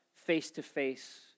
face-to-face